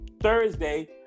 thursday